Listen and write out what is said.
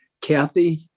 Kathy